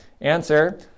Answer